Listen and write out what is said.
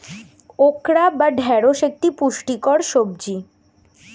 okra বা ঢ্যাঁড়স একটি পুষ্টিকর সবজি